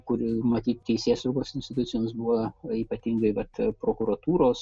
kuris matyt teisėsaugos institucijoms buvo ypatingai vat prokuratūros